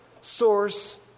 source